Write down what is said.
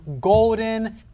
golden